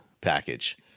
package